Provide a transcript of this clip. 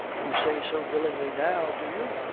you say so willingly, now do you?